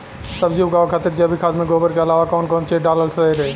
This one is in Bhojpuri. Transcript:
सब्जी उगावे खातिर जैविक खाद मे गोबर के अलाव कौन कौन चीज़ डालल सही रही?